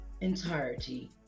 entirety